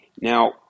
Now